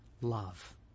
love